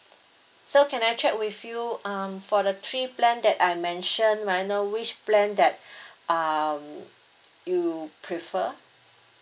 so can I check with you um for the three plan that I mentioned may I know which plan that um you prefer